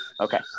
Okay